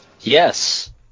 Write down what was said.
Yes